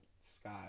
sky